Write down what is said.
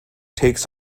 takes